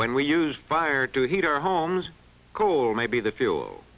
we use fire to heat our homes cool maybe the fuel